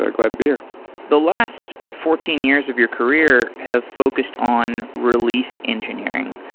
ah glad to be here the last fourteen years of your career have focused on release engineering.